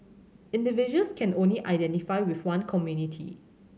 individuals can only identify with one community